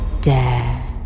dare